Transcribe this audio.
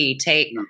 take